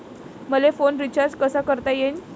मले phone recharge कसा करता येईन?